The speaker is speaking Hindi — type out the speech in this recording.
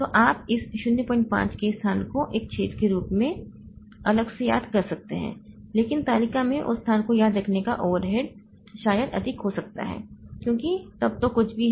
तो आप इस 05 K स्थान को एक छेद के रूप में अलग से याद कर सकते हैं लेकिन तालिका में उस स्थान को याद रखने का ओवरहेड शायद अधिक हो सकता है क्योंकि तब जो कुछ भी है